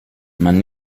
man